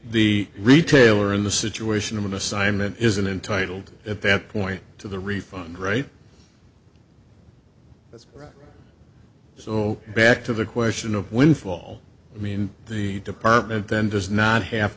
the retailer in the situation of an assignment isn't entitled at that point to the refund rate that's right so back to the question of windfall i mean the department then does not have